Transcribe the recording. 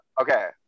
okay